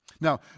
Now